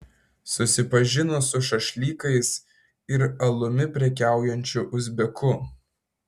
susipažino su šašlykais ir alumi prekiaujančiu uzbeku